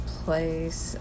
place